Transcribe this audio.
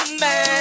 man